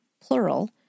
plural